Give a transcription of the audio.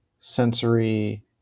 sensory